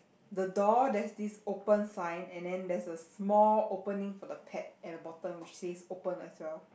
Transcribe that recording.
the door there's this open sign and then there's a small opening for the pet at the bottom which says open as well